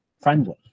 friendly